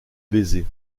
baiser